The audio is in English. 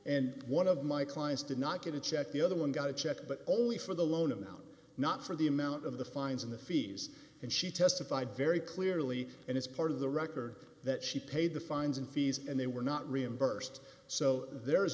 and one of my clients did not get a check the other one got but only for the loan amount not for the amount of the fines and the fees and she testified very clearly and it's part of the record that she paid the fines and fees and they were not reimbursed so there